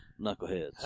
Knuckleheads